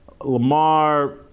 Lamar